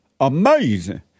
Amazing